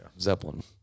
Zeppelin